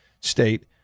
state